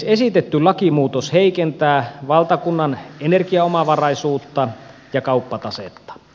esitetty lakimuutos heikentää valtakunnan energiaomavaraisuutta ja kauppatasetta